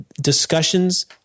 discussions